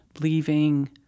Leaving